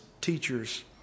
teachers